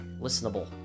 listenable